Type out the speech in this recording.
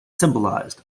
symbolized